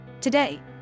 Today